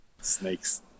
Snakes